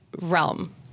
realm